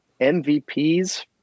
MVPs